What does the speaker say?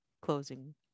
closing